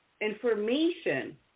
information